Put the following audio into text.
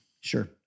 Sure